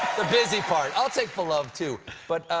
the busy part. i'll take the love, too. but